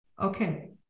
Okay